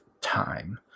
time